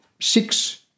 six